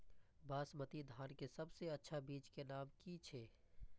बासमती धान के सबसे अच्छा बीज के नाम की छे?